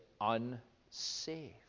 unsafe